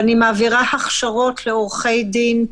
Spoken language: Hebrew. ואני מעבירה הכשרות לעורכי דין,